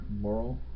moral